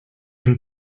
and